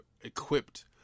equipped